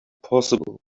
possible